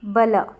ಬಲ